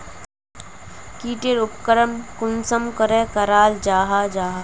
की टेर उपकरण कुंसम करे कराल जाहा जाहा?